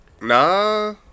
Nah